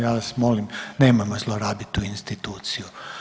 Ja vas molim nemojmo zlorabit tu instituciju.